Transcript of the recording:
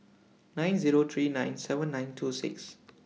nine Zero three nine seven nine two six